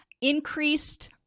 Increased